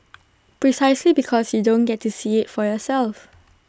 precisely because you don't get to see IT for yourself